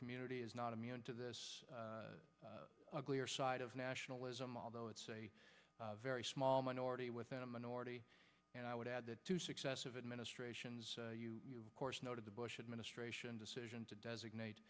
community is not immune to this uglier side of nationalism although it's a very small minority within a minority and i would add that two successive administrations of course noted the bush administration decision to designate